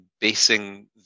basing